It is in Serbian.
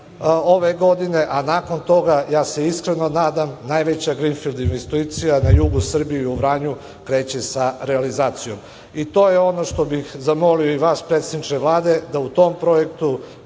ove godine, a nakon toga, ja se iskreno nadam, najveća grinfild investicija na jugu Srbije i u Vranju kreće sa realizacijom. To je ono što bih zamolio i vas, predsedniče Vlade, da u tom projektu